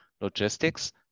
logistics